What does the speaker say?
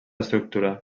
estructura